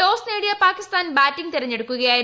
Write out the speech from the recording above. toss നേടിയ Pakistan batting തിരഞ്ഞെടുക്കുകയായിരുന്നു